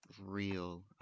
real